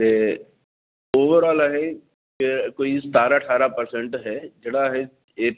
ते ओवरआल अहें कोई सतारां ठारहं परसेंट अहें जेह्ड़ा अहें